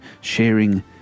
sharing